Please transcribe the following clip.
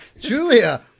Julia